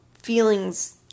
feelings